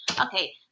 Okay